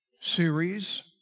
series